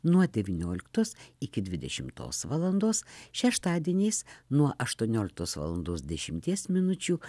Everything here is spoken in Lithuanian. nuo devynioliktos iki dvidešimtos valandos šeštadieniais nuo aštuonioliktos valandos dešimties minučių